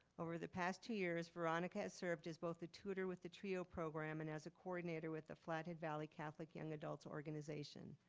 over the past two years, veronica has served as both the tutor with the trio program and as a coordinator with the flathead valley catholic young adults organization.